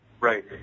Right